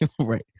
right